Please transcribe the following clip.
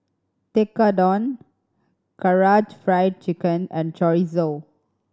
Tekkadon Karaage Fried Chicken and Chorizo